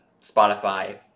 spotify